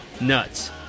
Nuts